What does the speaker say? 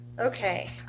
Okay